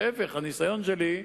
להיפך, מהניסיון שלי,